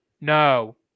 no